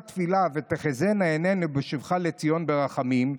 תפילה "ותחזינה עינינו בשובך לציון ברחמים",